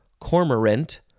cormorant